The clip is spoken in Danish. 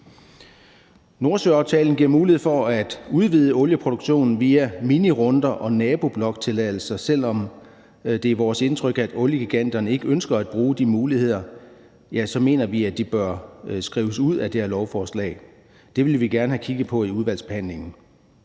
Nordsøaftalen giver mulighed for at udvide olieproduktionen via minirunder og nabobloktilladelser, og selv om det er vores indtryk, at oliegiganterne ikke ønsker at bruge de muligheder, så mener vi, at de bør skrives ud af det her lovforslag. Det vil vi gerne have kigget på i udvalgsbehandlingen.